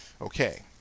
Okay